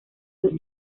los